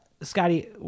Scotty